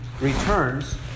returns